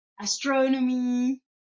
astronomy